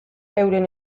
euren